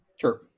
Sure